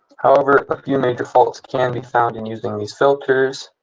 however, a few major faults can be found in using these filters,